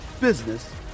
business